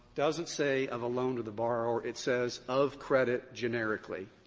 doesn't say of a loan to the borrower. it says of credit generically.